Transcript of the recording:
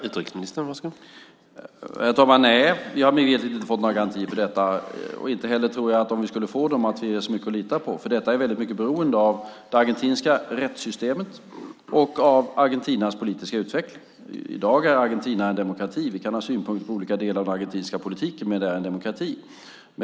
Herr talman! Nej, vi har mig veterligt inte fått några garantier för detta, och inte heller tror jag, om vi skulle få det, att det är så mycket att lita på. Detta är väldigt mycket beroende av det argentinska rättssystemet och av Argentinas politiska utveckling. I dag är Argentina en demokrati. Vi kan ha synpunkter på olika delar av den argentinska politiken, men det är en demokrati.